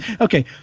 okay